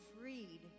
freed